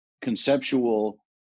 conceptual